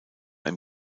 ihm